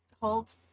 hold